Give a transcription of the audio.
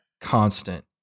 constant